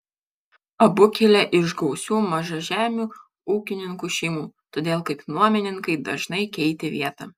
abu kilę iš gausių mažažemių ūkininkų šeimų todėl kaip nuomininkai dažnai keitė vietą